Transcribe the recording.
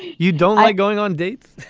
you don't like going on dates.